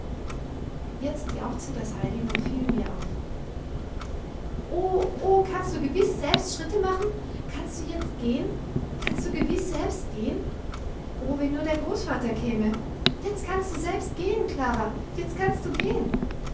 jetzt jauchzte das heidi noch viel mehr auf oh oh kannst du gewiß selbst schritte machen kannst du jetzt gehen kannst du gewiß selbst gehen oh wenn nur der großvater käme jetzt kannst du selbst gehen klara jetzt kannst du gehen